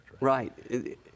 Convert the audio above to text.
Right